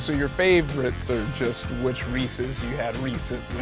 so you're favorites are just which reese's you've had recently.